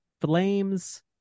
flames